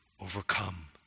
overcome